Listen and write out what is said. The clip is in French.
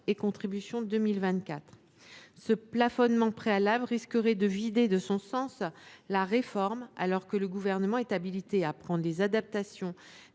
acquittées en 2024. Ce plafonnement préalable risquerait de vider de son sens la réforme, alors que le Gouvernement est habilité à prendre les « adaptations